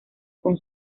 con